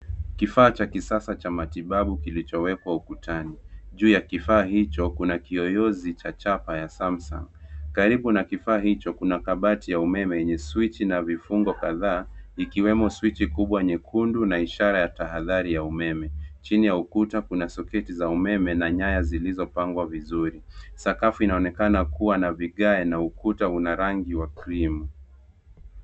Kifaa cha kisasa cha matibabu kilichowekwa ukutani. Juu ya kifaa hicho, kuna kiyoyozi cha chapa ya (Samsung). Karibu na kifaa hicho, kuna kabati ya umeme lenye swichi na vifungo kadhaa, likiwemo swichi kubwa nyekundu na ishara ya tahadhari ya umeme. Chini ya ukuta, kuna soketi za umeme na nyaya zilizopangwa vizuri. Sakafu inaonekana kuwa na vigae, na ukuta una rangi ya krimu.